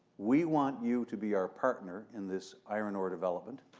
we want you to be our partner in this iron ore development.